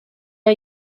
are